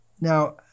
Now